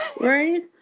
Right